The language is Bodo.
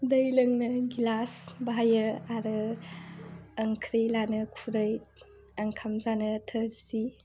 दै लोंंनो ग्लास बाहायो आरो ओंख्रि लानो खुरै ओंखाम जानो थोरसि